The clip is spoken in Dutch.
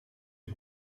een